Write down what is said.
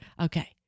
Okay